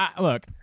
Look